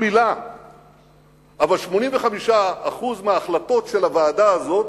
אבל 85% מההחלטות של הוועדה הזאת,